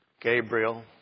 Gabriel